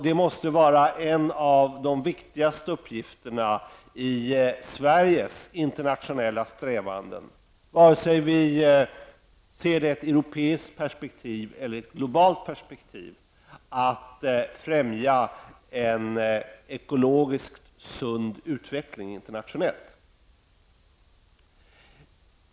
Det måste vara en av de viktigaste uppgifterna i Sveriges internationella strävanden, vare sig vi ser det i europeiskt perspektiv eller i ett globalt perspektiv, att främja en ekologiskt sund utveckling internationellt.